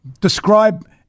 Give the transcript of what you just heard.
describe